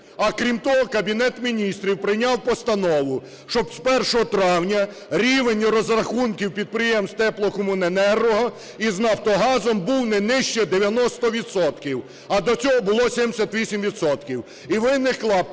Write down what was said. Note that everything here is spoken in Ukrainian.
А, крім того, Кабінет Міністрів прийняв постанову, щоб з 1 травня рівень розрахунків підприємств теплокомуненерго із "Нафтогазом" був не нижче 90 відсотків, а до цього було 78